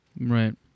Right